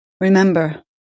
Remember